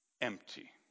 empty